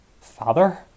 Father